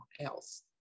else